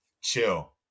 Chill